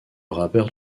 rappeur